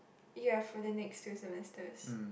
ya for the next two semesters